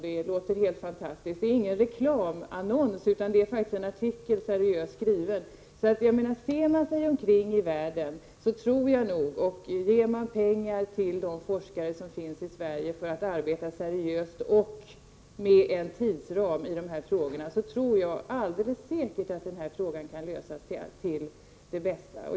Det lät helt fantastiskt, och ändå var det ingen annons utan en seriöst skriven artikel. Ser man sig omkring i världen ser det hoppfullt ut. Ger man pengar till de forskare som finns i Sverige för att arbeta seriöst och med en tidsram, så tror jag helt säkert att denna fråga kan lösas till det bästa.